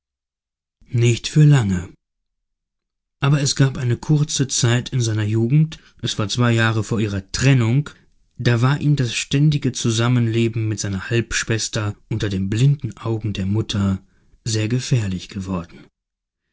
nicht für lange aber es gab eine kurze zeit in seiner jugend es war zwei jahre vor ihrer trennung da war ihm das ständige zusammenleben mit seiner halbschwester unter den blinden augen der mutter sehr gefährlich geworden